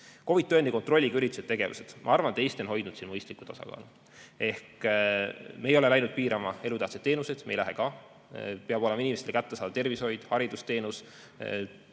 COVID-i tõendi kontrolliga üritused, tegevused. Ma arvan, et Eesti on hoidnud siin mõistlikku tasakaalu. Me ei ole läinud piirama elutähtsaid teenuseid, me ei lähe ka. Peab olema inimestele kättesaadav tervishoid, haridusteenus,